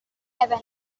haven